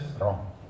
wrong